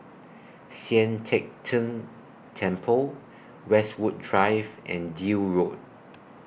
Sian Teck Tng Temple Westwood Drive and Deal Road